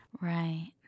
Right